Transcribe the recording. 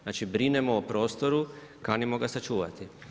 Znači brinemo o prostoru, kanimo ga sačuvati.